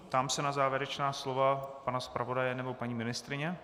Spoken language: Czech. Ptám se na závěrečná slova pana zpravodaje nebo paní ministryně.